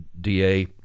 DA